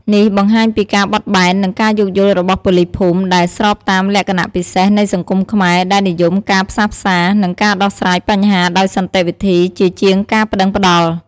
នេះបង្ហាញពីការបត់បែន និងការយោគយល់របស់ប៉ូលីសភូមិ ដែល ស្របតាមលក្ខណៈពិសេសនៃសង្គមខ្មែរ ដែលនិយមការផ្សះផ្សា និងការដោះស្រាយបញ្ហាដោយសន្តិវិធីជាជាងការប្តឹងប្តល់។